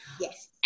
Yes